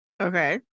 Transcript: Okay